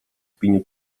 opinię